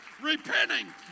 repenting